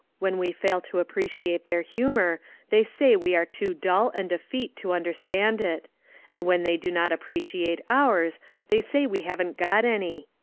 when we fail to appreciate their humour they say we are too dull and effete to understand it and when they do not appreciate ours they say we haven't got any.